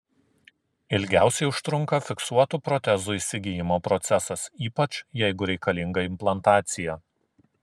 ilgiausiai užtrunka fiksuotų protezų įsigijimo procesas ypač jeigu reikalinga implantacija